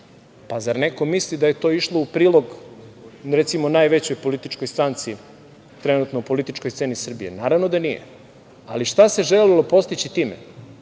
pa zar neko misli da je to išlo u prilog, recimo najvećoj političkoj stranci, trenutno u političkoj sceni Srbije. Naravno da nije. Ali, šta se želelo postići time